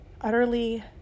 utterly